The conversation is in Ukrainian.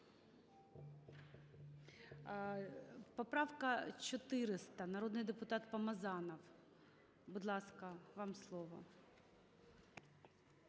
Поправка 400, народний депутат Помазанов. Будь ласка, вам слово.